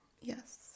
Yes